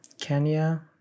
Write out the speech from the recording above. Kenya